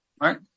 right